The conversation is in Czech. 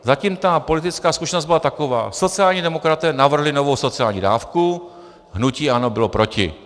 Zatím ta politická zkušenost byla taková: Sociální demokraté navrhli novou sociální dávku, hnutí ANO bylo proti.